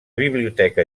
biblioteca